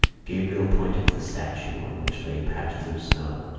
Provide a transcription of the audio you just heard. gabriel pointed to the statue, on which lay patches of snow.